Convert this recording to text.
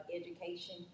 education